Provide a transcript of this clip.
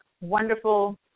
wonderful